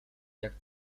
jak